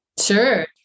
Sure